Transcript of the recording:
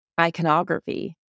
Iconography